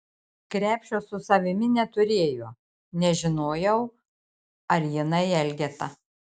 krepšio su savimi neturėjo nežinojau ar jinai elgeta